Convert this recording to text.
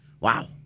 Wow